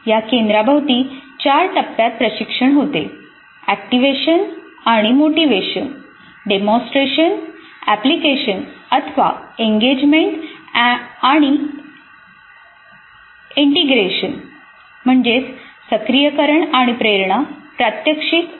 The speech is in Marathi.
या केंद्राभोवती चार टप्प्यात प्रशिक्षण होते एक्टिवेशन आणि मोटिवेशन डेमॉन्स्ट्रेशन एप्लीकेशन अथवा एंगेजमेंट आणि इंटिग्रेशन